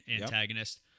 antagonist